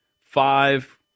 five